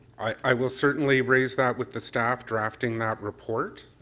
i will certainly raise that with the staff drafting that report,